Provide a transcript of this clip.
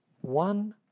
One